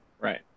right